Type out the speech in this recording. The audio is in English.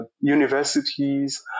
universities